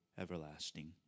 everlasting